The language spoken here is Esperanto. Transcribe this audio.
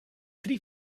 tri